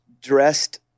dressed